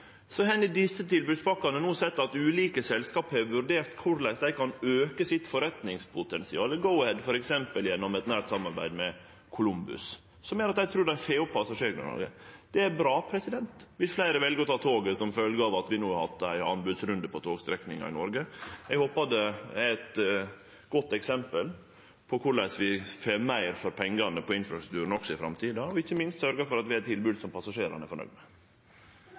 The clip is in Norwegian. Så har ein ved desse tilbodspakkane no sett at ulike selskap har vurdert korleis dei kan auke forretningspotensialet, Go-Ahead, f.eks., gjennom eit nært samarbeid med Kolumbus, som gjer at dei trur dei får opp passasjergrunnlaget. Det er bra viss fleire vel å ta toget som følgje av at vi no har hatt ein anbodsrunde på togstrekningar i Noreg. Eg håpar det er eit godt eksempel på korleis vi får meir for pengane på infrastrukturen også i framtida og ikkje minst sørgjer for at vi har tilbod som passasjerane er fornøgde med.